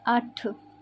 ਅੱਠ